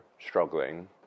struggling